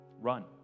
run